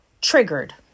triggered